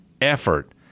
effort